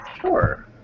Sure